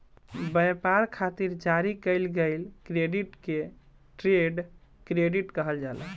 ब्यपार खातिर जारी कईल गईल क्रेडिट के ट्रेड क्रेडिट कहल जाला